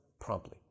promptly